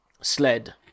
sled